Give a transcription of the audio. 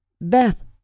Beth